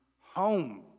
home